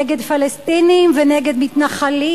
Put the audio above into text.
נגד פלסטינים ונגד מתנחלים,